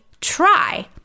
try